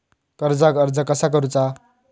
कर्जाक अर्ज कसा करुचा?